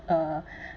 uh